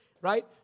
right